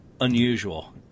Unusual